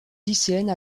lycéenne